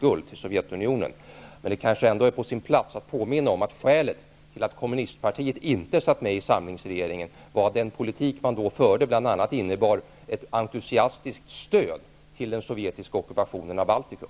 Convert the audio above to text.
Hurtig. Men det kanske ändå är på sin plats att påminna om att skälet till att kommunistpartiet inte satt med i samlingsregeringen var att den politik man då förde bl.a. innebar ett enstusiastiskt stöd till den sovjetiska ockupationen av Baltikum.